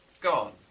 Gone